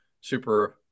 super